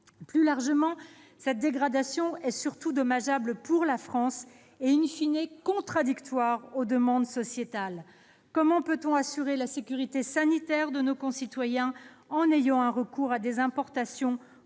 Plus largement, cette dégradation est surtout dommageable pour la France et contradictoire avec les demandes sociétales. Comment peut-on assurer la sécurité sanitaire de nos concitoyens alors même que nous importons